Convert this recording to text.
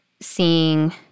seeing